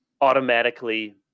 automatically